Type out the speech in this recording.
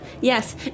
Yes